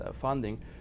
funding